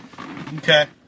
Okay